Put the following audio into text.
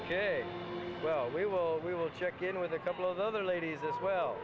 day well we will we will check in with a couple of other ladies as well